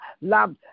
love